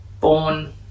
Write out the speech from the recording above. born